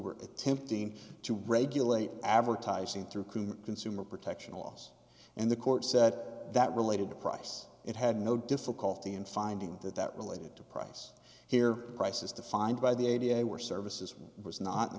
were attempting to regulate advertising through consumer protection laws and the court said that related to price it had no difficulty in finding that that related to price here prices defined by the idea they were services was not